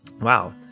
Wow